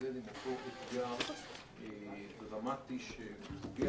להתמודד עם אותו אתגר דרמטי שפוגע